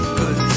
good